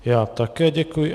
Já také děkuji.